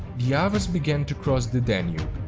the avars began to cross the danube.